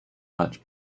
much